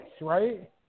right